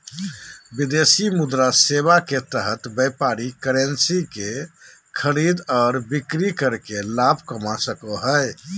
विदेशी मुद्रा सेवा के तहत व्यापारी करेंसी के खरीद आर बिक्री करके लाभ कमा सको हय